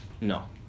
No